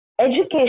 education